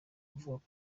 kuvuga